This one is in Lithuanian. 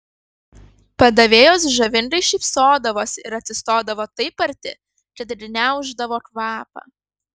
padavėjos žavingai šypsodavosi ir atsistodavo taip arti kad gniauždavo kvapą